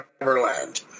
Neverland